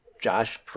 Josh